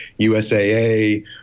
USAA